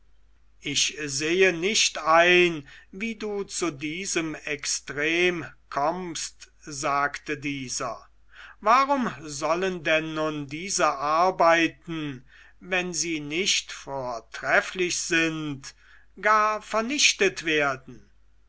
ich sehe nicht ein wie du zu diesem extrem kommst sagte dieser warum sollen denn nun diese arbeiten wenn sie nicht vortrefflich sind gar vernichtet werden